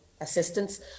assistance